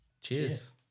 Cheers